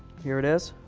here it is,